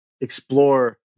explore